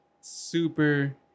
super